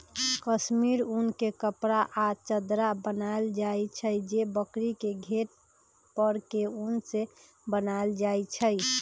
कस्मिर उन के कपड़ा आ चदरा बनायल जाइ छइ जे बकरी के घेट पर के उन से बनाएल जाइ छइ